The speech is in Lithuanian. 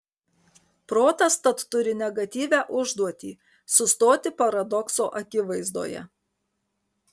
protas tad turi negatyvią užduotį sustoti paradokso akivaizdoje